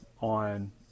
on